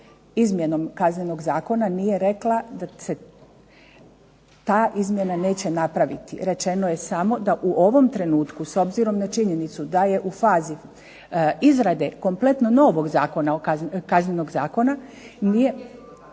izmjenom Kaznenog zakona nije rekla da se ta izmjena neće napraviti. Rečeno je samo da u ovom trenutku s obzirom na činjenicu da je u fazi izrade kompletno novog Kaznenog zakona nije